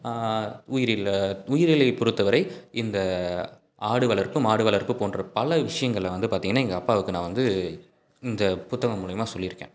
உயிரில்ல உயிரியலை பொறுத்தவரை இந்த ஆடு வளர்ப்பு மாடு வளர்ப்பு போன்ற பல விஷயங்கள வந்து பார்த்தீங்கன்னா எங்கள் அப்பாவுக்கு நான் வந்து இந்த புத்தகம் மூலயமா சொல்லியிருக்கேன்